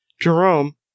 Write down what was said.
Jerome